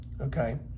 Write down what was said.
okay